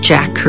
Jack